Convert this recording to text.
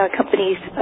companies